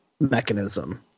mechanism